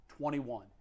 21